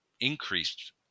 increased